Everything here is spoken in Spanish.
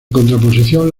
contraposición